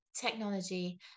technology